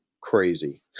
crazy